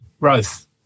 growth